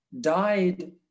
died